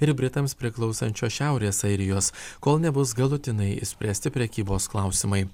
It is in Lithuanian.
ir britams priklausančios šiaurės airijos kol nebus galutinai išspręsti prekybos klausimai